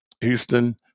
houston